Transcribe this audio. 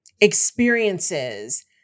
experiences